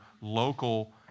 local